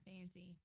fancy